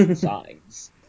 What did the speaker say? signs